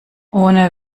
ohne